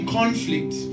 conflict